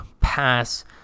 pass